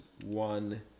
one